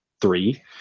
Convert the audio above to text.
three